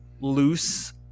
loose